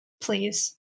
Please